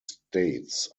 states